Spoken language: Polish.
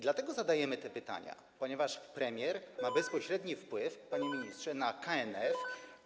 Dlatego zadajemy te pytania, ponieważ premier ma bezpośredni wpływ, panie ministrze, na KNF.